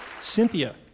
Cynthia